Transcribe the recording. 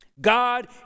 God